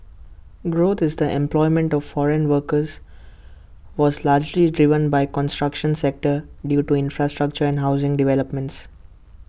growth in the employment of foreign workers was largely driven by construction sector due to infrastructure and housing developments